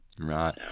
Right